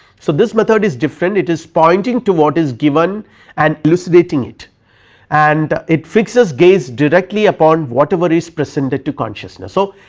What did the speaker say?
so this method is different it is pointing to what is given and elucidating it and it fixes gaze directly upon whatever is presented to consciousness. so,